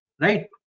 right